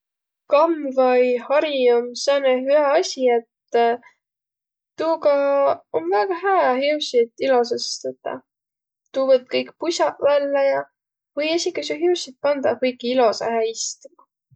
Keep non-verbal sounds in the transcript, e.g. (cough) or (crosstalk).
Kamm vai hari om sääne hüa asi, et (hesitation) tuuga om väega hää hiussit ilosas tetäq. Tuu võtt kõik pusaq vällä ja või esiki su hiussit pandaq kuiki ilosahe istma.